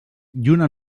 lluna